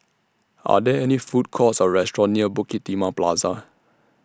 Are There any Food Courts Or restaurants near Bukit Timah Plaza